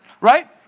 Right